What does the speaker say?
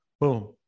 Boom